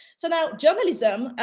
so now journalism,